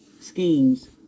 schemes